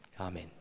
Amen